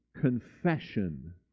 confession